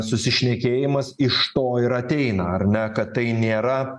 susišnekėjimas iš to ir ateina ar ne kad tai nėra